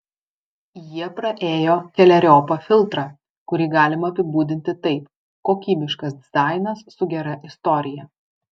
jie praėjo keleriopą filtrą kurį galima apibūdinti taip kokybiškas dizainas su gera istorija